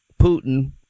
Putin